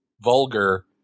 vulgar